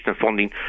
funding